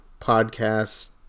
podcast